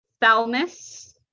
thalamus